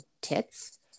tits